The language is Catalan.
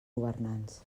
governants